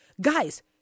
Guys